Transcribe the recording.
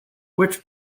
which